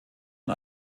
und